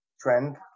trend